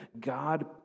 God